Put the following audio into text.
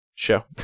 show